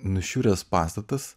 nušiuręs pastatas